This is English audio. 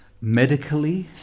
medically